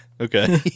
Okay